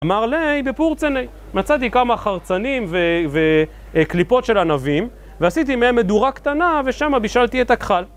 אמר לי, בפורצן מצאתי כמה חרצנים וקליפות של ענבים ועשיתי מהם מדורה קטנה ושם בישלתי את הכחל